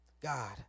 God